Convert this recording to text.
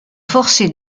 forcés